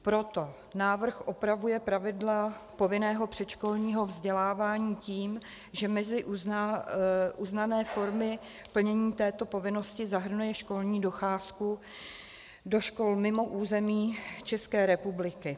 Proto návrh opravuje pravidla povinného předškolního vzdělávání tím, že mezi uznané formy plnění této povinnosti zahrnuje školní docházku do škol mimo území České republiky.